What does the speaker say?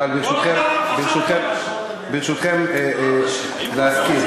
אבל, ברשותכם, להזכיר,